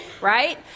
right